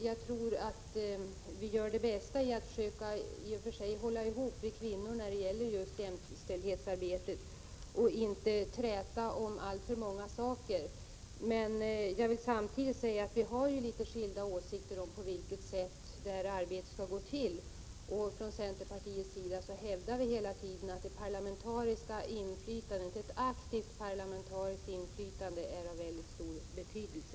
Jag tror att vi kvinnor gör bäst i att försöka hålla ihop när det gäller jämställdhetsarbete och inte trätar om alltför många saker. Samtidigt vill jag säga att vi har litet skilda åsikter om på vilket sätt arbetet skall gå till. Från centerns sida har vi hela tiden hävdat att ett aktivt parlamentariskt inflytande är av väldigt stor betydelse.